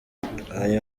ngayo